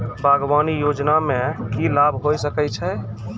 बागवानी योजना मे की लाभ होय सके छै?